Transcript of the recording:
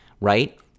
right